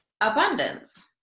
abundance